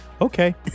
Okay